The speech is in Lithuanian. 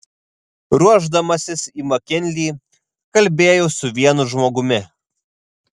ruošdamasis į makinlį kalbėjau su vienu žmogumi